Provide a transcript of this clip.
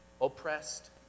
oppressed